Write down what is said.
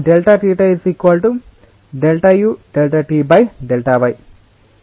కాబట్టి fluid under shear ఉంటే ఈ రకమైన డిఫార్మెషన్ సాధ్యమని ఇక్కడ మేము అర్థం చేసుకున్నాము